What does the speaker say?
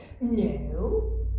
No